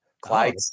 Clyde